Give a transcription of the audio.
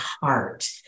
heart